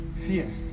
fear